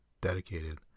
dedicated